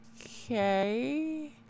okay